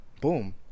Boom